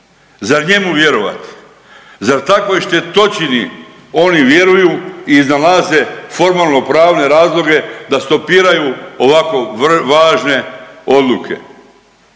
zar njemu vjerovat, zar takvoj štetočini oni vjeruju i iznalaze formalnopravne razloge da stopiraju ovako važne odluke?